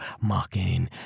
mocking